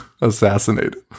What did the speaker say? assassinated